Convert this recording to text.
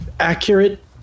accurate